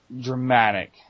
dramatic